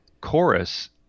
chorus